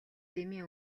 дэмий